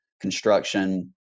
construction